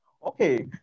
Okay